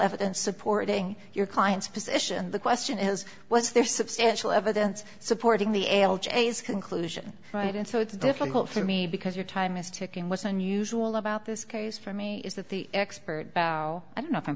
evidence supporting your client's position the question is was there substantial evidence supporting the l j is conclusion right and so it's difficult for me because your time is ticking what's unusual about this case for me is that the expert bow i don't know if i'm